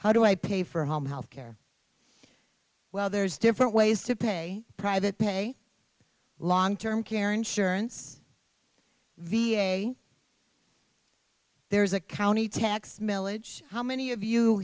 how do i pay for home health care well there's different ways to pay private pay long term care insurance v a there's a county tax millage how many of you